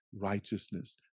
righteousness